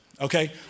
Okay